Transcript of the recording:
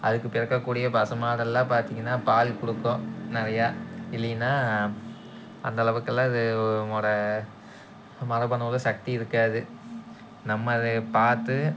அதுக்கு பிறக்கக்கூடிய பசுமாடெல்லாம் பார்த்தீங்கன்னா பால் கொடுக்கும் நிறைய இல்லைன்னா அந்தளவுக்கெல்லாம் இதனோடய மரபணுவில் சக்தி இருக்காது நம்ம அதை பார்த்து